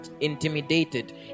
intimidated